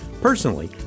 Personally